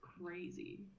crazy